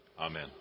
Amen